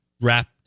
wrapped